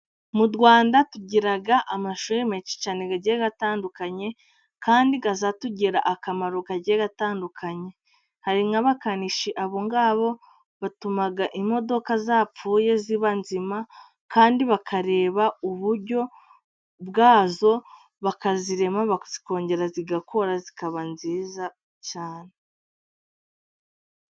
Mu Rwanda tugira amashuri menshi cyane agiye atandukanye kandi ajya atugirira akamaro kagiye gatandukanye, hari nk'abakanishi, abo ngabo batuma imodoka zapfuye ziba nzima, kandi bakareba uburyo bwazo bakazirema zikongera zigakora, zikaba nziza cyane.